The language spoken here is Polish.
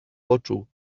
poczuł